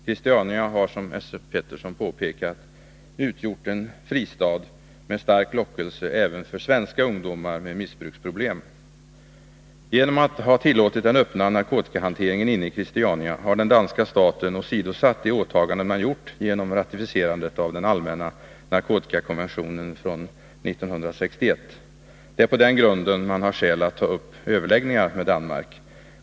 Christiania har, som Esse Petersson påpekat, utgjort en ”fristad” med stark lockelse även för svenska ungdomar med missbruksproblem. Genom att ha tillåtit den öppna narkotikahanteringen inne i Christiania har den danska staten åsidosatt de åtaganden man gjort genom ratificerandet av den allmänna narkotikakonventionen från 1961. Det är på den grunden man har skäl att ta upp överläggningar med Danmark.